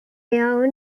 were